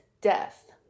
Death